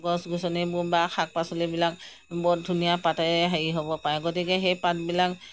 গছ গছনিবোৰ বা শাক পাচলিবিলাক বহুত ধুনীয়া পাতেৰে হেৰি হ'ব পাৰে গতিকে সেই পাতবিলাক